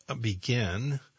begin